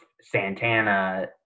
Santana